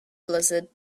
blizzard